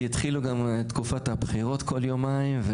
כי התחילו גם תקופת הבחירות כל יומיים,